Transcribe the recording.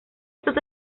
estos